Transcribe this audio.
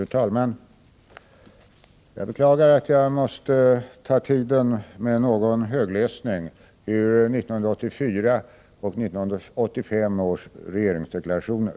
Fru talman! Jag beklagar att jag måste uppta tiden med litet högläsning ur 1984 och 1985 års utrikespolitiska deklarationer.